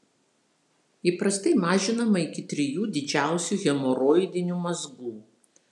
įprastai mažinama iki trijų didžiausių hemoroidinių mazgų